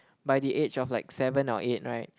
by the age of like seven or eight right